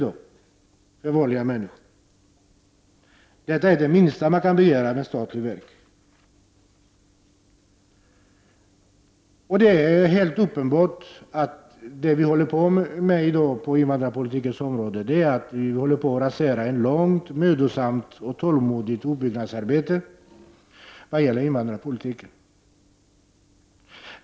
Det är det minsta man kan begära av ett statligt verk. Det är helt uppenbart att man håller på att rasera ett långt, mödosamt och tålmodigt uppbyggnadsarbete vad det gäller invandrarpolitiken.